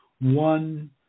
one